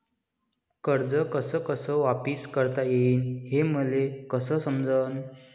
कर्ज कस कस वापिस करता येईन, हे मले कस समजनं?